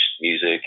music